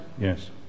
yes